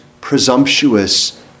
presumptuous